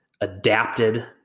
adapted